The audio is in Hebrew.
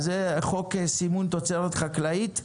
אז זה חוק סימון תוצרת חקלאית.